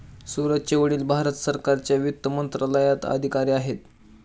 सूरजचे वडील भारत सरकारच्या वित्त मंत्रालयात पदाधिकारी आहेत